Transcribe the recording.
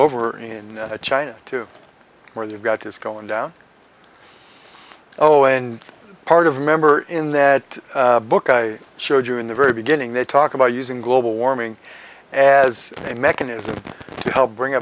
over in china too where you've got it's going down oh and part of member in that book i showed you in the very beginning they talk about using global warming as a mechanism to help bring